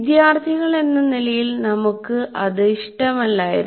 വിദ്യാർത്ഥികളെന്ന നിലയിൽ നമുക്ക് അത് ഇഷ്ടമല്ലായിരുന്നു